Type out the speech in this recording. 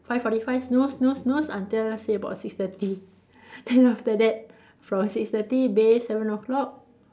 five forty five snooze snooze snooze until say about six thirty then after that from six thirty bathe seven o-clock